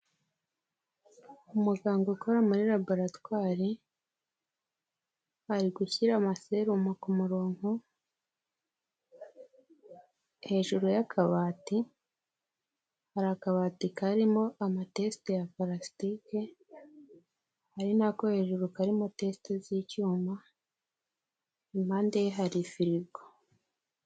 Umuganga ukora muri labaratwari, ari gushyira amaserumo ku murongo, hejuru y'akabati, hari akabati karimo amatesite ya parasitike hari n'ako hejuru karimo tesite z'icyuma impande ye hari firigo.